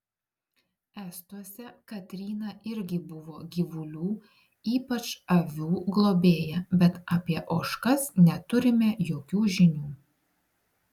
estuose katryna irgi buvo gyvulių ypač avių globėja bet apie ožkas neturime jokių žinių